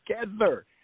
together